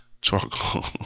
charcoal